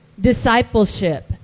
Discipleship